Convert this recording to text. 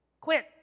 Quit